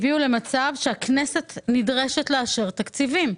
הביאו למצב שהכנסת נדרשת לאשר תקציבים.